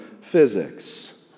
physics